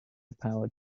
powered